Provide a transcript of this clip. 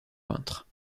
peintre